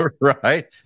Right